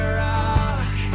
rock